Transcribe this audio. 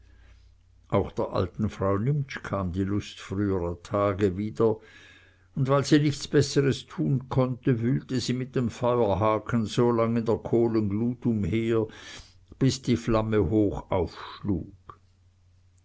auch der alten frau nimptsch kam die lust früherer tage wieder und weil sie nichts besseres tun konnte wühlte sie mit dem feuerhaken so lang in der kohlenglut umher bis die flamme hoch aufschlug